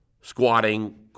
squatting